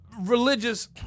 religious